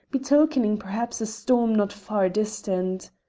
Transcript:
betokening perhaps a storm not far distant.